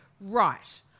right